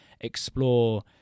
explore